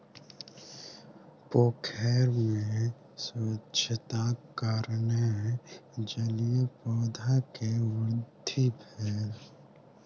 पोखैर में स्वच्छताक कारणेँ जलीय पौधा के वृद्धि भेल